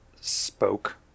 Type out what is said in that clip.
spoke